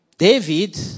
David